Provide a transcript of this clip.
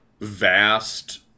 vast